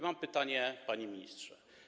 Mam pytanie, panie ministrze.